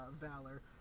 valor